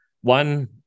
one